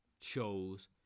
shows